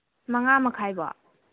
ꯃꯉꯥ ꯃꯈꯥꯏꯕꯨꯛ